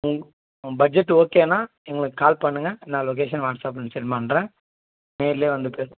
budget ஓகேனா எங்களுக்கு call பண்ணுங்க நான் லொக்கேஷன் வாட்ஸ்அப் சென்ட் பண்ணுறேன் நேரில் வந்து பேச